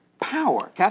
Power